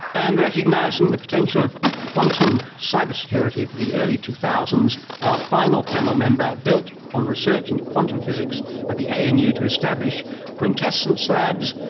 and recognising the potential of quantum cyber security of the early two thousand our final panel member built on research in quantum physics at the anu to establish quintessence labs,